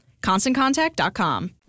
ConstantContact.com